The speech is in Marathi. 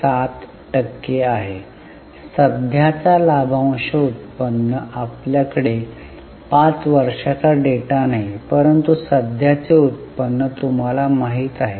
7 टक्के आहे सध्याचा लाभांश उत्पन्न आपल्याकडे 5 वर्षाचा डेटा नाही परंतु सध्याचे उत्पन्न तुम्हाला माहिती आहे